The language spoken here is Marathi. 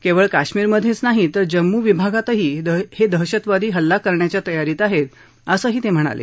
केवळ काश्मिर मध्येच नाही तर जम्मू विभागातही हे दहशतवादी हल्ला करण्याच्या तयारीत आहेत असंही ते म्हणाले